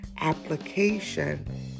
application